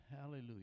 Hallelujah